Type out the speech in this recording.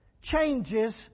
changes